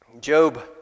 Job